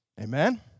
Amen